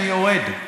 אני יורד.